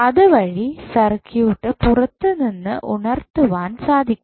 അത് വഴി സർക്യൂട്ട് പുറത്തുനിന്ന് ഉണർത്തുവാൻ സാധിക്കും